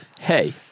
Hey